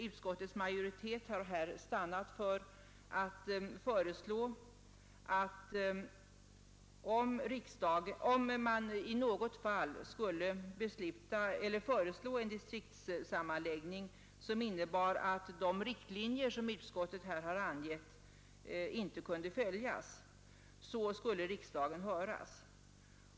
Utskottsmajoriteten har här stannat för att förorda att om man i något fall föreslår en distriktsammanläggning, som innebär att de riktlinjer som utskottet har angivit inte kan följas, så skall riksdagen höras.